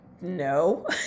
no